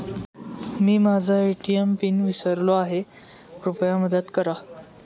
मी माझा ATM PIN विसरलो आहे, कृपया मदत करा